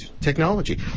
technology